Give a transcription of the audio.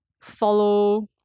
follow